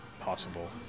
possible